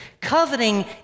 Coveting